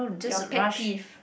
your pet peeve